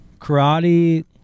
karate